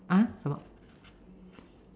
ah 什么